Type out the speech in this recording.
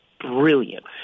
brilliant